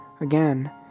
again